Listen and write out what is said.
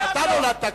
אתה נולדת כאן.